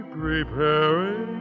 preparing